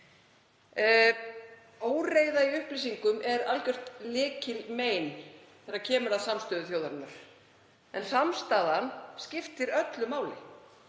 Óreiða í upplýsingum er algjört lykilmein þegar kemur að samstöðu þjóðarinnar og samstaðan skiptir öllu máli.